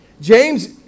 James